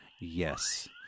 Yes